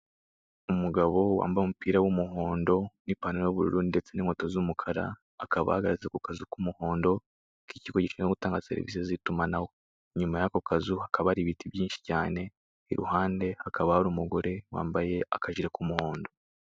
Umugabo wambaye umupira w'umuhondo n'ipantalo y'ubururu n'inkweto z'umukara akaba ahagaze mu kazu k'umuhondo k'ikigo gishinzwe gutanga serivise z'itumanaho inyuma y'ako kazu hakaba hari ibiti bynshi iruhande hakaba hari umugore wambaye akajire k'umuhondo.